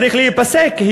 צריך להיפסק,